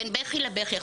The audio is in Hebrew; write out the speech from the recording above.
בין בכי לבכי,